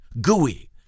gooey